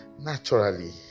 naturally